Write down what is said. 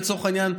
לצורך העניין,